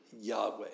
yahweh